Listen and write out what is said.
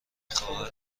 خواهر